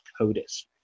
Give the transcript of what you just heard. CODIS